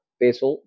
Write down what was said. peso